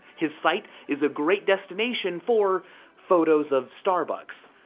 his site is a great destination for photos of starbucks,